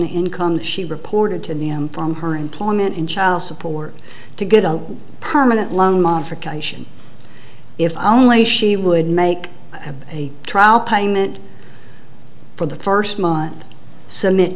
income that she reported to the m from her employment in child support to get a permanent loan modification if only she would make a trial payment for the first month s